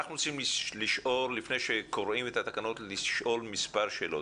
אנחנו רוצים לפני שקוראים את התקנות לשאול מספר שאלות.